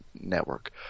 network